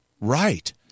right